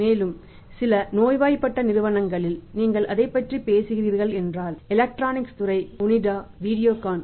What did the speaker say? மேலும் சில நோய்வாய்ப்பட்ட நிறுவனங்களில் நீங்கள் அதைப் பற்றி பேசுகிறீர்கள் என்றால் எலக்ட்ரானிக் துறை ஓனிடா வீடியோகான்